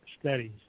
studies